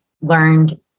learned